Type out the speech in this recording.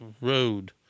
Road